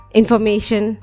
information